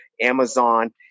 Amazon